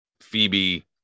phoebe